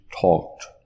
talked